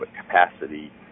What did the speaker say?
capacity